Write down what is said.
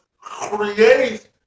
create